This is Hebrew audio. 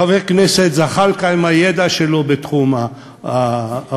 וחבר כנסת זחאלקה, עם הידע שלו בתחום הרוקחות,